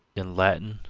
in latin,